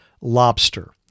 lobster